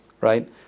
right